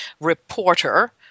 reporter